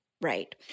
Right